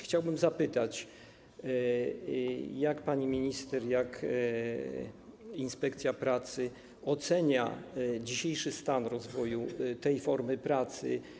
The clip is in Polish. Chciałbym zapytać panią minister, jak inspekcja pracy ocenia dzisiejszy stan rozwoju tej formy pracy.